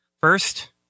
First